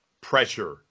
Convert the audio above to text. pressure